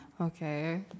okay